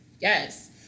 Yes